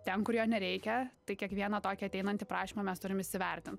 ten kur jo nereikia tai kiekvieną tokį ateinantį prašymą mes turim įsivertint